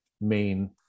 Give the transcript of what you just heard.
main